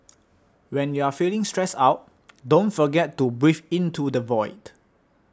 when you are feeling stressed out don't forget to breathe into the void